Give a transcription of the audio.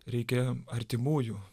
reikia artimųjų